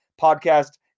podcast